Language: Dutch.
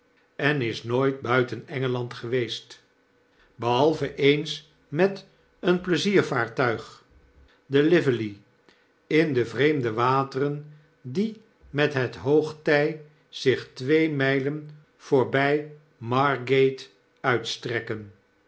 en is nooit buiten engeland geweest behalve eens met een pleiziervaartuigje de lively in de vreemde wateren die met het hooggety zich twee mylen voorby margate uitstrekken